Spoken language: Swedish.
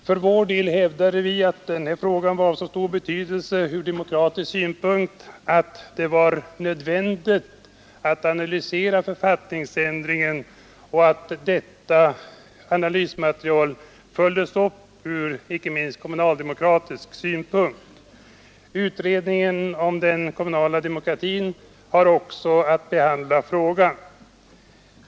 För vår del hävdade vi att denna fråga var av så stor betydelse ur demokratisk synpunkt att det var nödvändigt att analysera författningsändringen och att analysmaterialet följdes upp inte minst ur kommunaldemokratisk synpunkt. Utredningen om den kommunala demokratin har också att behandla frågan.